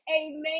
Amen